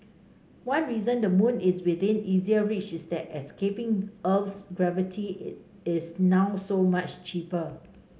one reason the moon is within easier reach is that escaping Earth's gravity is now so much cheaper